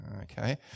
Okay